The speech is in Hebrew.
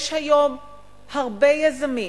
יש היום הרבה יזמים,